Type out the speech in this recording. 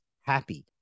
happy